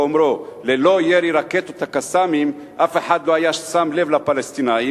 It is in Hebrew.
באומרו: ללא ירי רקטות ה"קסאמים" אף אחד לא היה שם לב לפלסטינים.